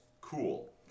Cool